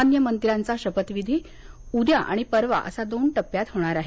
अन्य मंत्र्यांचा शपथविधी उद्या आणि परवा असा दोन टप्प्यात होणार आहे